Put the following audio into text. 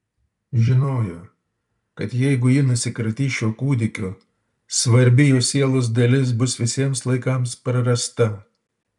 žinojo kad jeigu ji nusikratys šiuo kūdikiu svarbi jos sielos dalis bus visiems laikams prarasta